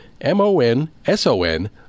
M-O-N-S-O-N